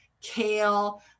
kale